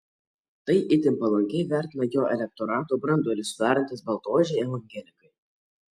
tai itin palankiai vertina jo elektorato branduolį sudarantys baltaodžiai evangelikai